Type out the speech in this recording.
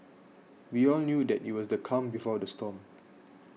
we all knew that it was the calm before the storm